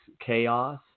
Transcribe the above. chaos